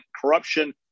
corruption